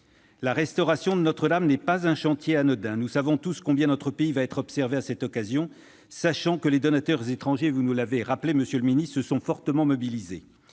La restauration de Notre-Dame n'est pas un chantier anodin. Nous savons tous combien notre pays va être observé à cette occasion, sachant que les donateurs étrangers- vous l'avez rappelé, monsieur le ministre -se sont fortement mobilisés.